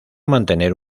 mantener